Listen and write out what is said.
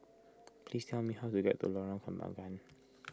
please tell me how to get to Lorong Kembagan